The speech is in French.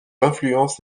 influence